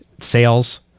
sales